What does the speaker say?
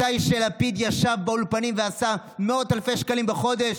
כשלפיד ישב באולפנים ועשה מאות אלפי שקלים בחודש,